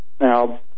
Now